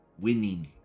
winning